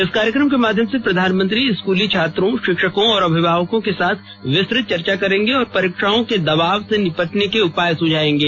इस कार्यक्रम के माध्यम से प्रधानमंत्री स्कूली छात्रों शिक्षकों और अभिभावकों के साथ विस्तृत चर्चा करेंगे और परीक्षाओं के दबाव से निपटने के उपाय सुझाएंगे